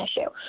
issue